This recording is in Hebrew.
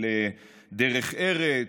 של דרך ארץ,